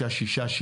5,000,000,000 או